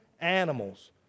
animals